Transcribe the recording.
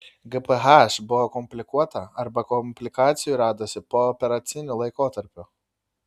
gph buvo komplikuota arba komplikacijų radosi pooperaciniu laikotarpiu